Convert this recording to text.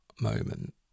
moment